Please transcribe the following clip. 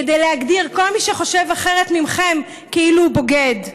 כדי להגדיר כל מי שחושב אחרת מכם כאילו הוא בוגד.